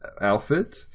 outfit